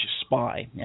spy